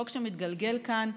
חוק שמתגלגל כאן,